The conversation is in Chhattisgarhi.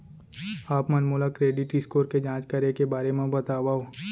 आप मन मोला क्रेडिट स्कोर के जाँच करे के बारे म बतावव?